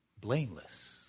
blameless